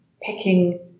picking